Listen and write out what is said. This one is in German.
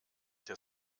der